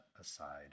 aside